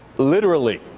literally.